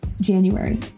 January